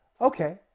Okay